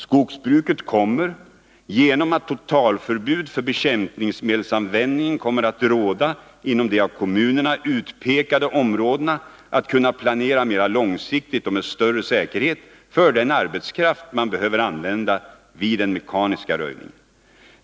Skogsbruket kommer, genom att totalförbud för bekämpningsmedelsanvändning kommer att råda inom de av kommunerna utpekade områdena, att kunna planeras mera långsiktigt och med större säkerhet för den arbetskraft man behöver använda vid den mekaniska röjningen.